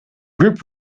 group